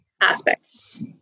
aspects